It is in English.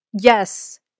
Yes